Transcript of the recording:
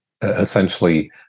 essentially